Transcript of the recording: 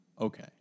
okay